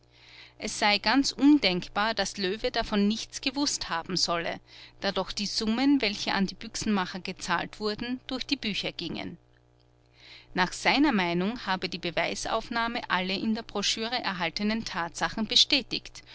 es sei ganz undenkbar daß löwe davon nichts gewußt haben sollte da doch die summen welche an die büchsenmacher gezahlt wurden durch die bücher gingen nach seiner meinung habe die beweisaufnahme alle in der broschüre enthaltenen tatsachen bestätigt